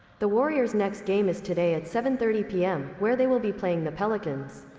the warriors' next game is today at seven thirty pm where they will be playing the pelicans.